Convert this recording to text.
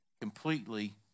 completely